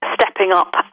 stepping-up